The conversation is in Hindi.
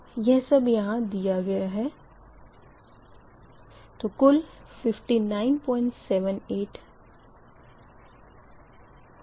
यह सब दिया गया है तो कुल 59778 होगा